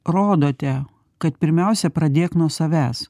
rodote kad pirmiausia pradėk nuo savęs